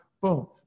boom